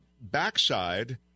backside